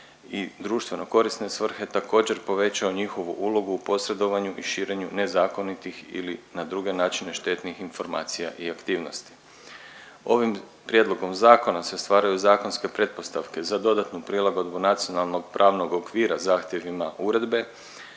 i društveno korisne svrhe također povećao njihovu ulogu u posredovanju i širenju nezakonitih ili na druge načine štetnih informacija i aktivnosti. Ovim prijedlog zakona se ostvaruju zakonske pretpostavke za dodatnu prilagodbu nacionalnog pravnog okvira zahtjevima uredbe